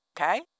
Okay